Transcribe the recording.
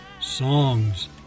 songs